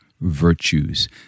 virtues